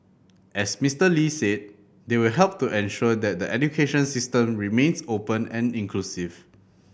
as Mister Lee said they will help to ensure that the education system remains open and inclusive